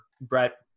Brett